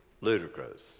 ludicrous